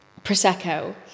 Prosecco